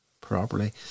properly